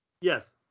Yes